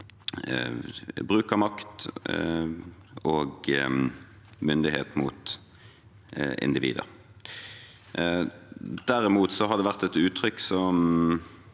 bruk av makt og myndighet mot individet. Derimot har det vært et uttrykk som